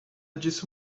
disso